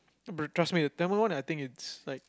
bro trust the Tamil on I think its like